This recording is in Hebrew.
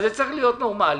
ואז זה צריך להיות נורמלי,